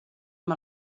amb